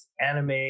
anime